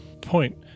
Point